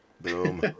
Boom